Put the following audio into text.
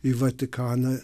į vatikaną